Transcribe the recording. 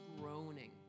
Groaning